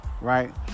right